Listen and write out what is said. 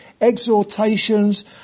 exhortations